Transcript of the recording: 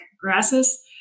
grasses